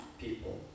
people